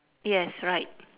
yes right